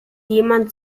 jemand